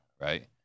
right